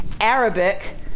Arabic